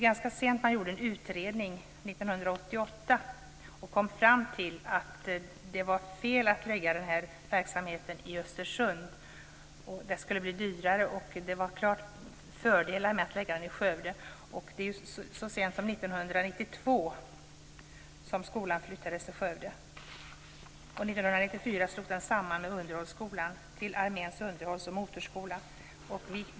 Man gjorde en utredning 1988 och kom fram till att det var fel att lägga den här verksamheten i Östersund. Det skulle bli dyrare. Det var klart fördelar med att lägga den i Skövde. Det var så sent som 1992 som skolan flyttades till Skövde. 1994 slogs den samman med Underhållsskolan till Arméns underhålls och motorskola.